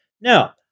Now